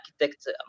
architect